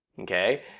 okay